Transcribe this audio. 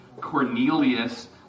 Cornelius